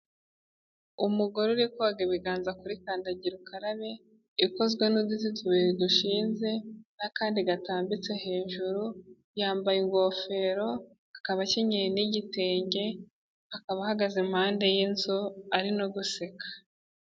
Umugore uri koga ibiganza kuri kandagirukarabe ikozwe n'uduti tubiri dushinze n'akandi gatambitse hejuru, yambaye ingofero, akaba akenyeye n'igitenge, akaba ahagaze impande y'inzu ari no guseka.